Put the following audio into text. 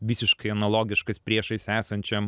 visiškai analogiškas priešais esančiam